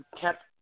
kept